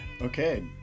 Okay